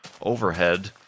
overhead